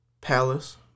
Palace